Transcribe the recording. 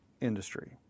industry